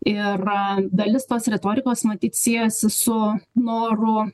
ir dalis tos retorikos matyt siejasi su noru